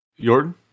Jordan